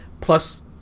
Plus